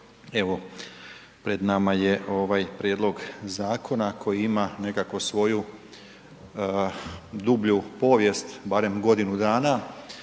Evo, pred nama je ovaj prijedlog zakona koji ima nekakvu svoju dublju povijest, barem godinu dana